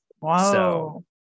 Wow